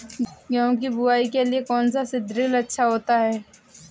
गेहूँ की बुवाई के लिए कौन सा सीद्रिल अच्छा होता है?